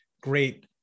great